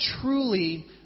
truly